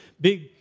big